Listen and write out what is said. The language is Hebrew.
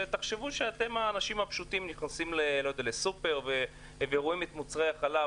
ותחשבו שאתם האנשים הפשוטים נכנסים לסופר ורואים את מוצרי החלב.